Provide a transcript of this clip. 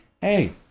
Hey